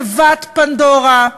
תיבת פנדורה,